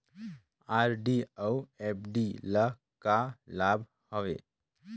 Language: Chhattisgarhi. आर.डी अऊ एफ.डी ल का लाभ हवे?